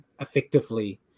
effectively